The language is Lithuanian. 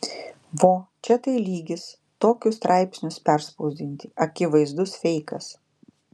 vo čia tai lygis tokius straipsnius perspausdinti akivaizdus feikas